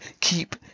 keep